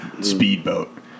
speedboat